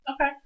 okay